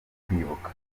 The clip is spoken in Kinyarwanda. kwibuka